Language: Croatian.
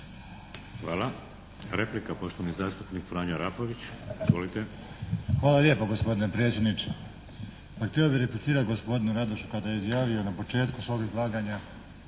Izvolite. **Arapović, Franjo (HDZ)** Hvala lijepa gospodine predsjedniče. Pa htio bih replicirati gospodinu Radošu kada je izjavio na početku svog izlaganja